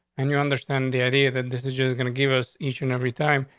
and you understand the idea that this is just gonna give us each and every time,